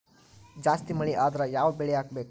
ಜಾಸ್ತಿ ಮಳಿ ಆದ್ರ ಯಾವ ಬೆಳಿ ಹಾಕಬೇಕು?